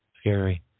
scary